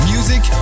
Music